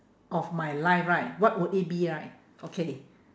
of my life right what would it be right okay